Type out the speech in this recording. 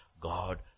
God